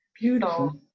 Beautiful